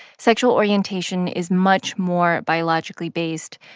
sexual orientation is much more biologically based,